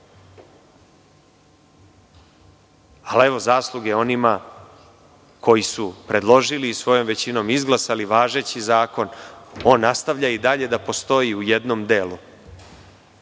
evo, zasluge onima koji su predložili i svojom većinom izglasali važeći zakon, on nastavlja i dalje da postoji u jednom delu,